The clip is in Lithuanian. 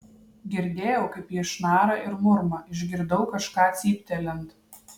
girdėjau kaip ji šnara ir murma išgirdau kažką cyptelint